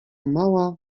mała